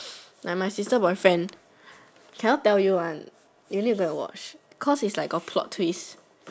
like my sister boyfriend cannot tell you one you need to go and watch cause is like got plot twist